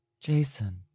Jason